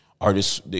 artists